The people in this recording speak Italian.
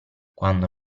quando